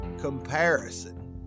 comparison